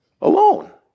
alone